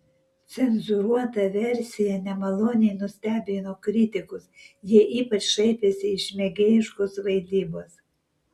cenzūruota versija nemaloniai nustebino kritikus jie ypač šaipėsi iš mėgėjiškos vaidybos